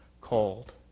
called